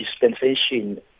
dispensation